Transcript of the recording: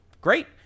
Great